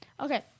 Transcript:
Okay